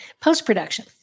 post-production